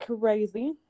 crazy